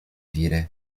wiry